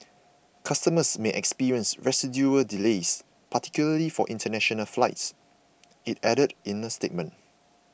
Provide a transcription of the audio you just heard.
customers may experience residual delays particularly for international flights it added in a statement